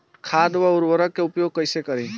खाद व उर्वरक के उपयोग कइसे करी?